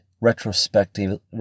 retrospectively